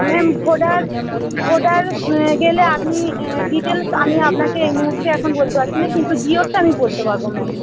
ma'am ভোডার ভোডার গেলে আপনি ডিটেলস আমি আপনাকে এই মুহুর্তে এখন বলতে পারছি না কিন্তু জিওরটা আমি বলতে পারবো ম্যাম